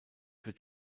wird